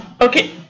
Okay